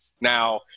Now